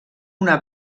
una